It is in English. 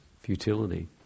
futility